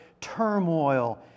turmoil